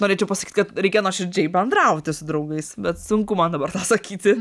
norėčiau pasakyt kad reikia nuoširdžiai bendrauti su draugais bet sunku man dabar tą sakyti